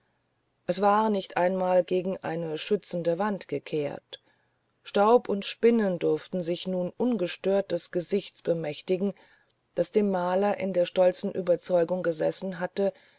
es war nicht einmal gegen eine schützende wand gekehrt staub und spinnen durften sich nun ungestört des gesichts bemächtigen das dem maler in der stolzen ueberzeugung gesessen hatte